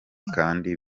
kandi